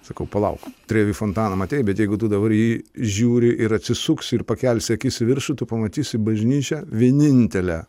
sakau palauk trevi fontaną matei bet jeigu dabar jį žiūri ir atsisuksi ir pakelsi akis į viršų tu pamatysi bažnyčią vienintelę